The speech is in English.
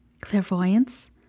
Clairvoyance